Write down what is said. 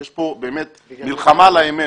יש פה באמת מלחמה על האמת.